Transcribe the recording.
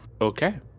Okay